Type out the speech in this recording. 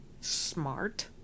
smart